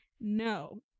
no